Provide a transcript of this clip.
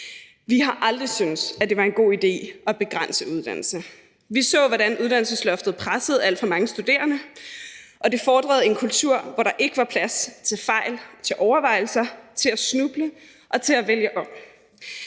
Vi har aldrig syntes, at det var en god idé at begrænse uddannelse. Vi så, hvordan uddannelsesloftet pressede alt for mange studerende, og det fordrede en kultur, hvor der ikke var plads til fejl, til overvejelser, til at snuble og til at vælge om.